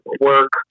work